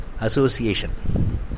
association